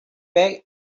back